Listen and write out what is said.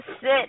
sit